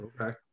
Okay